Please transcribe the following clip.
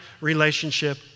relationship